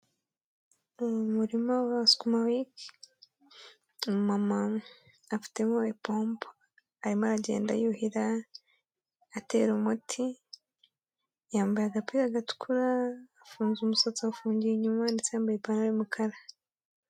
Mu murima wa sukumawiki, umumama afitemo ipombo, arimo aragenda yuhira atera umuti, yambaye agapira gatukura, afunze umusatsi, afungiye inyuma, ndetse yambaye ipantaro y'umukara.